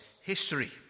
history